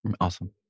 Awesome